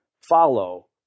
follow